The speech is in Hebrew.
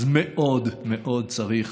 אז מאוד מאוד צריך,